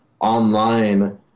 online